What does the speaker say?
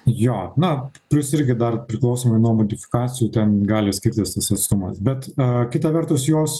jo na plius irgi dar priklausomai nuo modifikacijų ten gali skirtis tas atstumas bet kita vertus jos